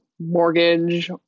mortgage